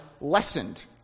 lessened